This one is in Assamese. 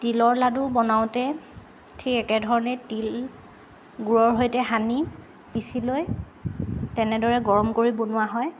তিলৰ লাডু বনাওঁতে ঠিক একে ধৰণে তিল গুৰৰ সৈতে সানি পিঁচি লৈ তেনেদৰে গৰম কৰি বনোৱা হয়